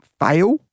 fail